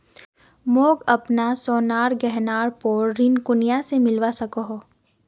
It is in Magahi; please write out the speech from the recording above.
मोक अपना सोनार गहनार पोर ऋण कुनियाँ से मिलवा सको हो?